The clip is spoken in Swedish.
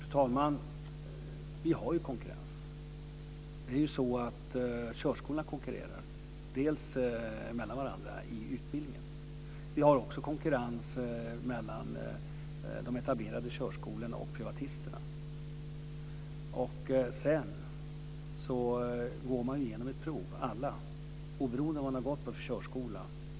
Fru talman! Vi har ju konkurrens. Det är ju dels så att körskolorna konkurrerar med varandra i utbildningen. Dels har vi också konkurrens mellan de etablerade körskolorna och privatisterna. Sedan går man igenom ett prov. Det gör alla, oberoende av vad man har gått på för körskola.